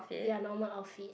ya normal outfit